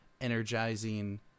energizing